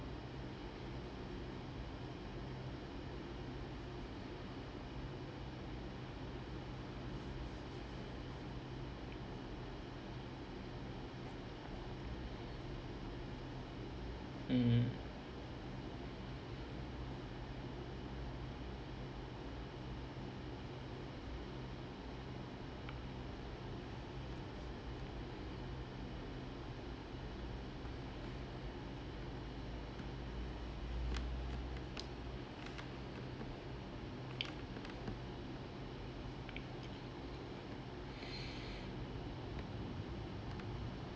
mm